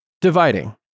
Dividing